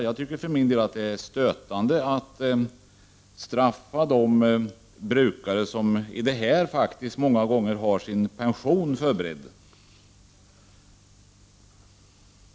Jag tycker för min del att det är stötande att straffa de brukare som i det här faktiskt många gånger har sin pension förberedd.